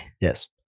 yes